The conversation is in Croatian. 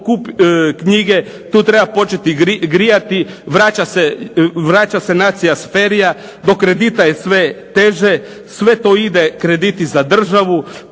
školu, knjige, treba početi grijati, vraća se nacija s ferija, do kredita je sve teže. Sve to ide krediti za državu,